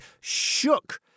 shook